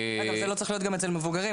זה לא צריך להיות גם אצל מבוגרים.